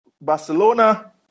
Barcelona